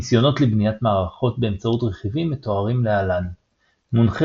ניסיונות לבניית מערכות באמצעות רכיבים מתוארים להלן מונחה